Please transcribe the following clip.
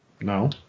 No